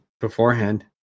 beforehand